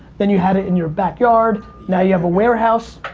then you had it in your backyard, now you have a warehouse.